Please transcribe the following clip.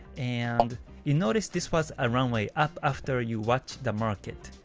and you notice this was a runway up after you watch the market.